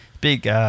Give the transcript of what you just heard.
Big